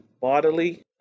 bodily